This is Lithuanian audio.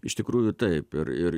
iš tikrųjų taip ir ir